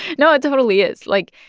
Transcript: no, it totally is. like,